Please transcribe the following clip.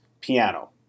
piano